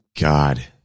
God